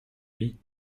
lui